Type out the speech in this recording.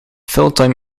fulltime